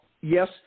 yes